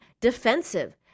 defensive